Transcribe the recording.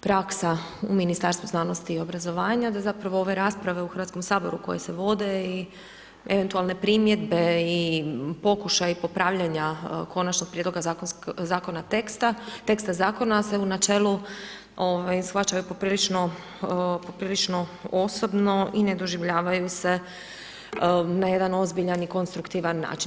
praksa u Ministarstvu znanosti i obrazovanja, da zapravo ove rasprave u HS-u koje se vode i eventualne primjedbe i pokušaj popravljanja konačnog prijedloga teksta zakona se u načelu shvaćaju poprilično osobno i ne doživljavaju se na jedan ozbiljan i konstruktivan način.